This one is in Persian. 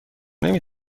نمی